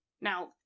Now